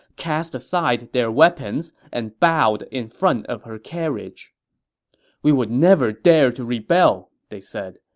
cast aside their weapons, and bowed in front of her carriage we would never dare to rebel, they said.